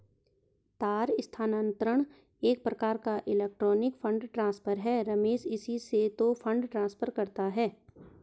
तार स्थानांतरण एक प्रकार का इलेक्ट्रोनिक फण्ड ट्रांसफर है रमेश इसी से तो फंड ट्रांसफर करता है